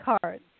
cards